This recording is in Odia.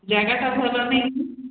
ଜାଗାଟା ଭଲନେଇ